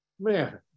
Man